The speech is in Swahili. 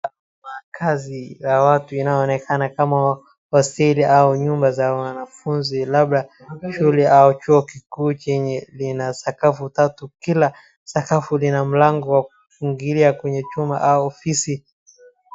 Kazi ya watu inayoonekana kama waziri au nyumba za wanafunzi labda shule au chuo kikuu chenye vina sakafu tatu kila sakafu lina mlango wa kuingilia kwenye chumba au ofisi.